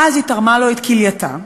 והיא תרמה לו את כלייתה.